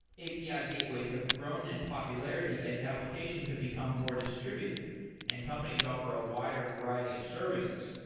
api ah gateways have grown in popularity as applications have become more distributed and companies offer a wider variety of services.